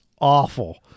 awful